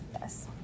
Yes